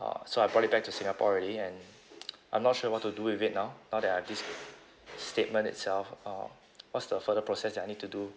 uh so I brought it back to singapore already and I'm not sure what to do with it now now that I've this statement itself uh what's the further process that I need to do